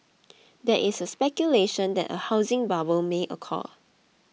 there is speculation that a housing bubble may occur